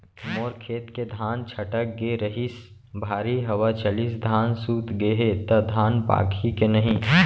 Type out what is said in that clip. मोर खेत के धान छटक गे रहीस, भारी हवा चलिस, धान सूत गे हे, त धान पाकही के नहीं?